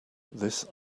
this